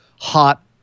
hot